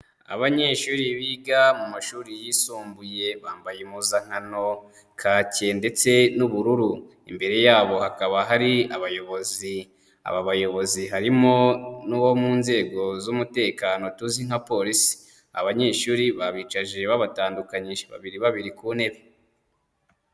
Abanyeshuri biga mu mashuri yisumbuye bambaye impuzakano, kaki ndetse n'ubururu, imbere yabo hakaba hari abayobozi, aba bayobozi harimo n'uwo mu nzego z'umutekano tuzi nka polisi, abanyeshuri babicaje babatandukanyije babiri babiri ku ntebe.